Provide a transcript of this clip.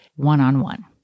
one-on-one